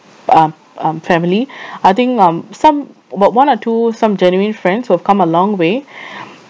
um um family I think um some o~ one or two some genuine friends who have come a long way